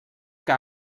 que